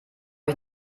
ich